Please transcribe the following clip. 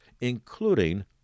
including